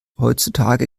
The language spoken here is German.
heutzutage